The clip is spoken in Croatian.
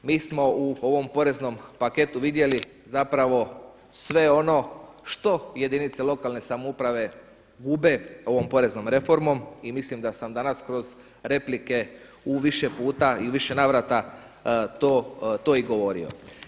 Mi smo u ovom poreznom paketu vidjeli zapravo sve ono što jedinice lokalne samouprave gube ovom poreznom reformom i mislim da sam danas kroz replike u više puta i u više navrata to i govorio.